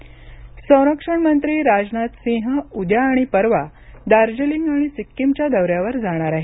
राजनाथ सिंह संरक्षण मंत्री राजनाथ सिंह उद्या आणि परवा दार्जीलिंग आणि सिक्कीमच्या दौऱ्यावर जाणारा आहेत